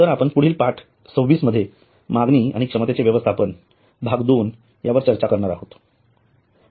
तर आपण पुढील पाठ 26 मध्ये मागणी आणि क्षमतेचे व्यवस्थापन भाग 2 यावर चर्चा करणार आहोत